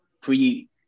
pre